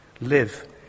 Live